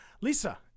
Lisa